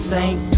Saint